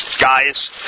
guys